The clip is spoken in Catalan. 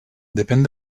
depèn